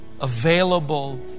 available